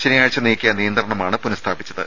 ശനിയാഴ്ച്ച നീക്കിയ നിയന്ത്രണമാണ് പുനഃസ്ഥാപിച്ചത്